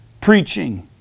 preaching